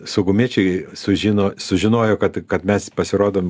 saugumiečiai sužino sužinojo kad kad mes pasirodom